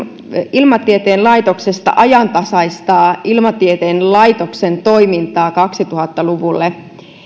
ilmatieteen laitoksesta ajantasaistaa ilmatieteen laitoksen toimintaa kaksituhatta luvulle